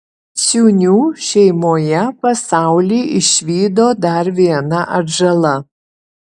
ciūnių šeimoje pasaulį išvydo dar viena atžala